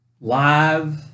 live